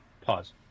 Pause